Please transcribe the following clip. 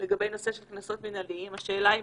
לגבי נושא של קנסות מנהליים, השאלה אם